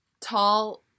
tall